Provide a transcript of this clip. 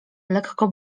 lekko